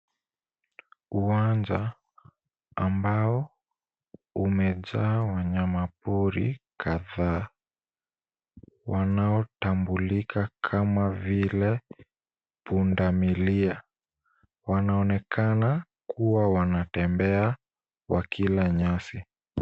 Uwanja ambao umejaa wanyama pori kadhaa wanatambulika kama vile punda milia. Wanaonekana kuwa wanatembea wakila nyasi.